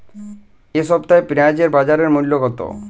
এ সপ্তাহে পেঁয়াজের বাজার মূল্য কত?